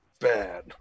bad